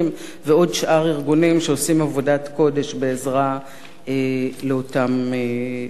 ועוד שאר ארגונים שעושים עבודת קודש בעזרה לאותם פליטים.